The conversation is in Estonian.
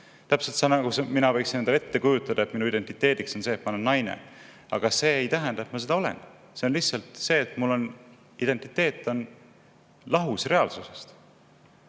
Täpselt nagu mina võiksin endale ette kujutada, et minu identiteediks on see, et ma olen naine. Aga see ei tähenda, et ma seda olen. See on lihtsalt see, et mul identiteet on lahus reaalsusest. Ja